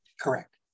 correct